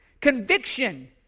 Conviction